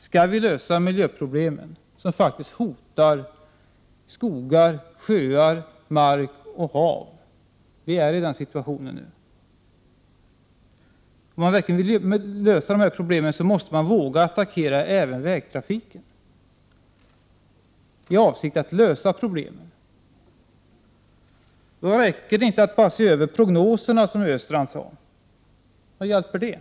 Skall vi lösa de miljöproblem som faktiskt hotar skogar, sjöar, mark och hav — den situationen befinner vi oss faktiskt redan i —, måste man våga attackera även vägtrafiken. Då räcker det inte med att bara se över prognoserna, Olle Östrand, för vad hjälper det?